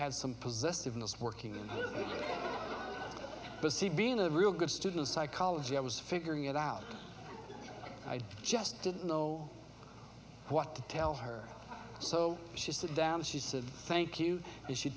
had some possessiveness working busy being a real good student psychology i was figuring it out i just didn't know what to tell her so she sat down she said thank you and she